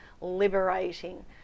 liberating